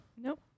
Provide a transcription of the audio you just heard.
Nope